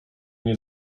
nie